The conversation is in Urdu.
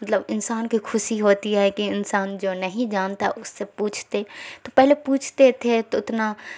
مطلب انسان کی خوشی ہوتی ہے کہ انسان جو نہیں جانتا اس سے پوچھتے تو پہلے پوچھتے تھے تو اتنا